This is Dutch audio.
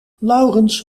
laurens